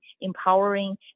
empowering